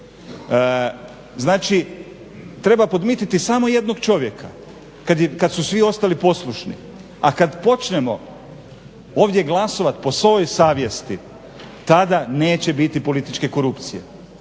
Znači treba podmititi samo jednog čovjeka kad su svi ostali poslušni. A kad počnemo ovdje glasovat po svojoj savjesti tada neće biti političke korupcije,